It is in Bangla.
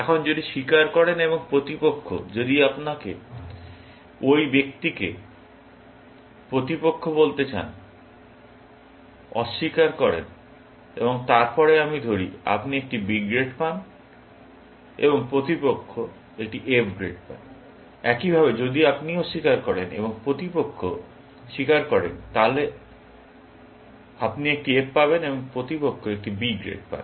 এখন যদি স্বীকার করেন এবং প্রতিপক্ষ যদি আপনি ওই ব্যক্তিকে প্রতিপক্ষ বলতে চান অস্বীকার করেন এবং তারপরে আমরা ধরি আপনি একটি B গ্রেড পান এবং প্রতিপক্ষ একটি F গ্রেড পায় একইভাবে যদি আপনি অস্বীকার করেন এবং প্রতিপক্ষ স্বীকার করে তাহলে আপনি একটি F পাবেন এবং প্রতিপক্ষ একটি B গ্রেড পায়